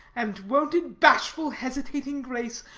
and wonted bashful hesitating grace,